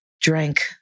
drank